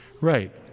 right